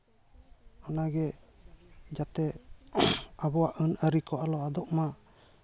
ᱚᱱᱟᱜᱮ ᱡᱟᱛᱮ ᱟᱵᱚᱣᱟᱜ ᱟᱹᱱ ᱟᱹᱨᱤᱠᱚ ᱟᱞᱚ ᱟᱫᱚᱜ ᱢᱟ